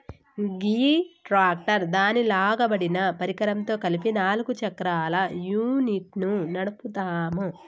గీ tractor దాని లాగబడిన పరికరంతో కలిపి నాలుగు చక్రాల యూనిట్ను నడుపుతాము